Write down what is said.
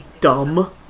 dumb